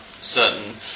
certain